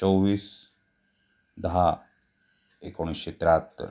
चोवीस दहा एकोणीसशे त्र्याहत्तर